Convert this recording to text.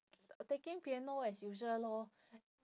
taking piano as usual lor